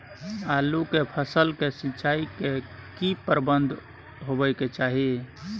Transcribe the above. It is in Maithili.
आलू के फसल के सिंचाई के की प्रबंध होबय के चाही?